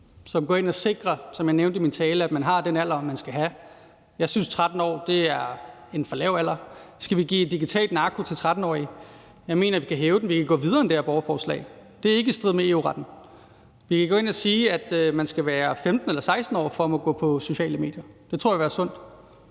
som går ind og sikrer – som jeg nævnte i min tale – at man har den alder, man skal have. Jeg synes, 13 år er en for lav alder. Skal vi give digital narko til 13-årige? Jeg mener, vi kan hæve den. Vi kan gå videre end det her borgerforslag. Det er ikke i strid med EU-retten. Vi kan gå ind at sige, at man skal være 15 eller 16 år for at måtte gå på sociale medier. Det tror jeg vil være sundt.